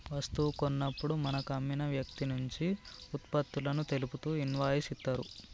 వస్తువు కొన్నప్పుడు మనకు అమ్మిన వ్యక్తినుంచి వుత్పత్తులను తెలుపుతూ ఇన్వాయిస్ ఇత్తరు